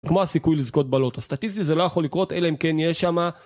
כמו הסיכוי לזכות בלוטו, סטטיסטי זה לא יכול לקרות אלא אם כן יהיה שמה